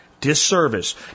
disservice